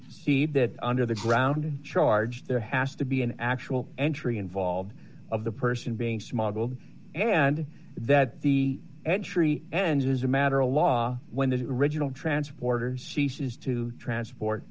it under the ground in charge there has to be an actual entry involved of the person being smuggled and that the entry and it is a matter of law when the original transporters ceases to transport